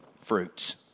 fruits